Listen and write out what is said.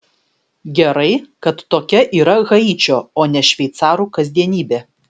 gerai kad tokia yra haičio o ne šveicarų kasdienybė